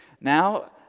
Now